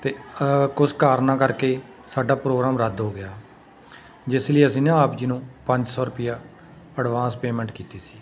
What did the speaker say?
ਅਤੇ ਕੁਛ ਕਾਰਣਾਂ ਕਰਕੇ ਸਾਡਾ ਪ੍ਰੋਗਰਾਮ ਰੱਦ ਹੋ ਗਿਆ ਜਿਸ ਲਈ ਅਸੀਂ ਨਾ ਆਪ ਜੀ ਨੂੰ ਪੰਜ ਸੌ ਰੁਪਿਆ ਐਡਵਾਂਸ ਪੇਮੈਂਟ ਕੀਤੀ ਸੀ